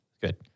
Good